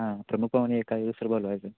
हां प्रमुख पाहुणे एखादं दुसरं बघायचं